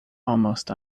almost